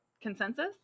Consensus